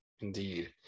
Indeed